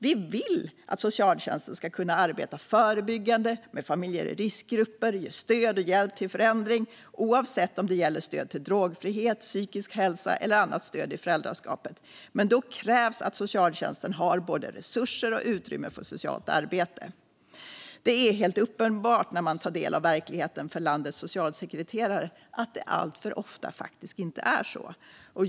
Vi vill att socialtjänsten ska kunna arbeta förebyggande med familjer i riskgrupper och ge stöd och hjälp till förändring - oavsett om det gäller stöd för drogfrihet, stöd för psykisk hälsa eller annat stöd i föräldraskapet - men då krävs att socialtjänsten har både resurser och utrymme för socialt arbete. När man tar del av verkligheten för landets socialsekreterare blir det helt uppenbart att det alltför ofta inte är så.